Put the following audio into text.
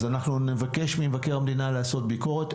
אז אנחנו נבקש ממבקר המדינה לעשות ביקורת.